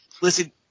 Listen